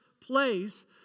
place